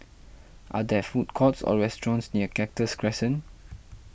are there food courts or restaurants near Cactus Crescent